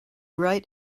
right